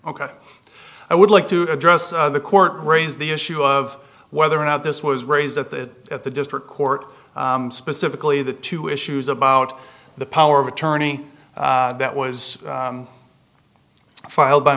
ok i would like to address the court raise the issue of whether or not this was raised at the at the district court specifically the two issues about the power of attorney that was filed by